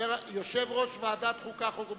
יושב-ראש ועדת החוקה, חוק ומשפט,